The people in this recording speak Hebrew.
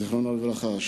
זיכרונו לברכה,